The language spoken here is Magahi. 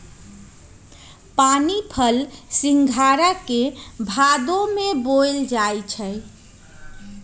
पानीफल सिंघारा के भादो में बोयल जाई छै